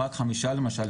למשל,